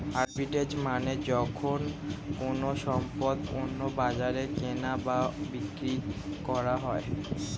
arbitrage মানে যখন কোনো সম্পদ অন্য বাজারে কেনা ও বিক্রি করা হয়